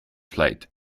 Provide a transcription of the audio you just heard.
plate